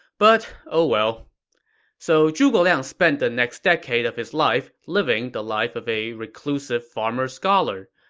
but oh well so zhuge liang spent the next decade of his life living the life of a reclusive farmer-scholar.